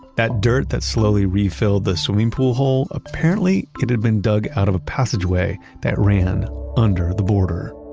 that dirt that slowly refilled the swimming pool hole, apparently it had been dug out of a passageway that ran under the border